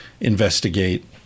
investigate